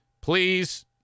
Please